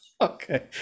okay